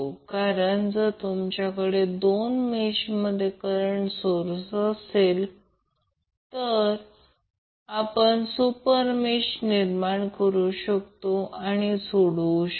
कारण जर तुमच्याकडे 2 मेष मध्ये करंट सोर्स असेल आपण सुपरमेश निर्माण करू शकतो आणि सोडवू शकतो